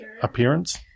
appearance